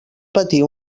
patir